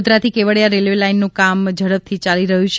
વડોદરાથી કેવડીયા રેલ્વે લાઇનનું કામ ઝડપથી ચાલી રહ્યું છે